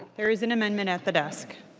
there is an amendment at the desk.